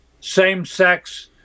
same-sex